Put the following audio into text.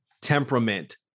temperament